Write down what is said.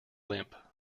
limp